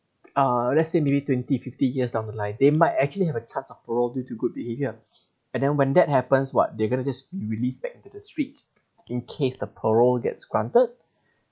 uh let's say maybe twenty fifty years down the line they might actually have a chance of parole due to good behaviour and then when that happens what they going to just release back to the streets in case the parole gets granted